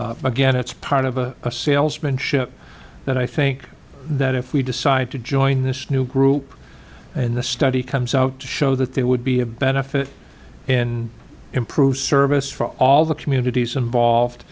effort again it's part of a salesmanship that i think that if we decide to join this new group in the study comes out to show that there would be a benefit in improved service for all the communities involved